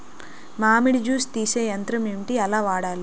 మామిడి జూస్ తీసే యంత్రం ఏంటి? ఎలా వాడాలి?